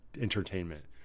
entertainment